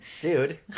dude